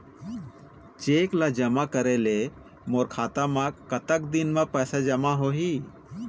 Cheque ला जमा करे ले मोर खाता मा कतक दिन मा पैसा जमा होही?